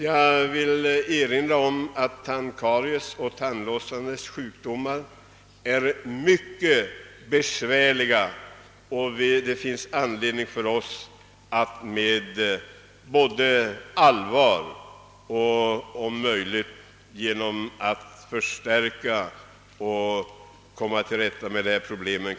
Jag vill erinra om att tandkaries och tandlossnandets sjukdomar är mycket besvärliga, varför vi har anledning att ge tandvårdsbyrån större resurser för att klara dessa problem.